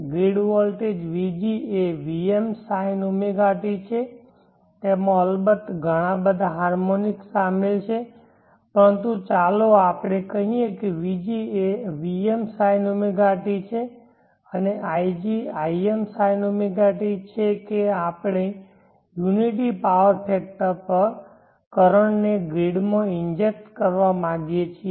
grid voltage vg એ vm sinωt છે તેમાં અલબત્ત ઘણા બધા હાર્મોનિક્સ શામેલ છે પરંતુ ચાલો આપણે કહીએ કે vg એ vm sinωt છે અને ig im sinωt છે કે આપણે યુનિટી પાવર ફેકટર પર કરંટ ને ગ્રીડમાં ઇન્જેક્ટ કરવા માગીએ છીએ